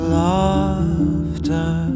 laughter